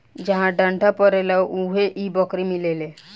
जहा ठंडा परेला उहे इ बकरी मिलेले